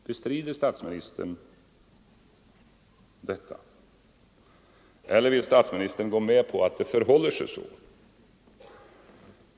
Bestrider statsministern detta eller vill statsministern gå med på att det förhåller sig så?